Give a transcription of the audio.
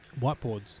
whiteboards